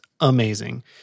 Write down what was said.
amazing